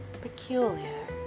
peculiar